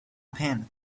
pen